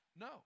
no